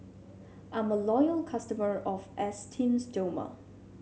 I'm a loyal customer of Esteem Stoma